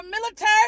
military